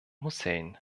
hussein